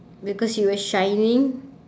because she was shining